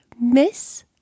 Miss